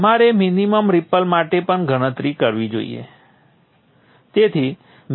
તમારે minimum ripple માટે પણ ગણતરી કરવી જોઈએ